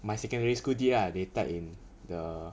my secondary school did ah they type in the